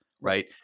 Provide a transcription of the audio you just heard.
right